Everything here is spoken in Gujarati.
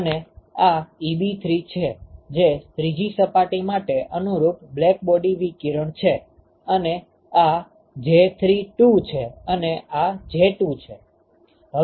અને આ Eb3 છે જે ત્રીજી સપાટી માટે અનુરૂપ બ્લેકબોડી વિકિરણ છે અને આ J32 છે અને આ J2 છે